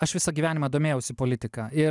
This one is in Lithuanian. aš visą gyvenimą domėjausi politika ir